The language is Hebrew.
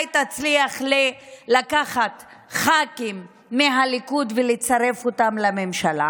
תצליח לקחת ח"כים מהליכוד ולצרף אותם לממשלה,